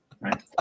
right